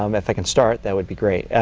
um if i can start that would be great.